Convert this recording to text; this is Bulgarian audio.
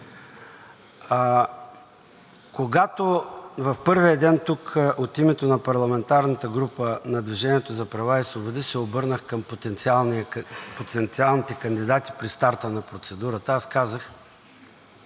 Когато в първия ден тук от името на парламентарната група на „Движение за права и свободи“ се обърнах към потенциалните кандидати при старта на процедурата, аз казах,